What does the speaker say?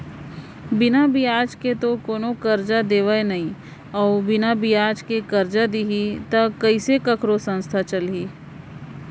बिना बियाज के तो कोनो करजा देवय नइ अउ बिना बियाज के करजा दिही त कइसे कखरो संस्था चलही